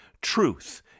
truth